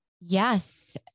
yes